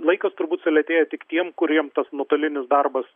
laikas turbūt sulėtėja tik tiem kuriem tas nuotolinis darbas